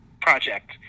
project